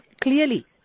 Clearly